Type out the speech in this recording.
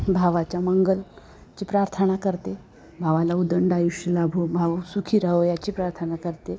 भावाच्या मंगलची प्रार्थाना करते भावाला उदंड आयुष्य लाभो भाव सुखी राहो याची प्रार्थना करते